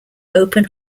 open